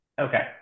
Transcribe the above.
Okay